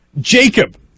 Jacob